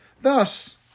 Thus